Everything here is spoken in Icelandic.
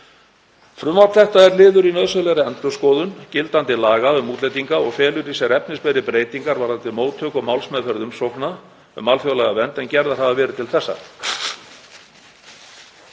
Frumvarp þetta er því liður í nauðsynlegri endurskoðun gildandi laga um útlendinga og felur í sér efnismeiri breytingar varðandi móttöku og málsmeðferð umsókna um alþjóðlega vernd en gerðar hafa verið til þessa.